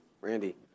Randy